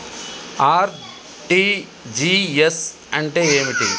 RTGS అంటే ఏమిటి?